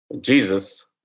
Jesus